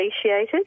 appreciated